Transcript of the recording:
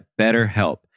BetterHelp